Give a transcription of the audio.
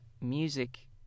music